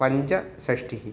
पञ्चषष्टिः